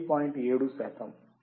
7 శాతం